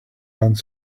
done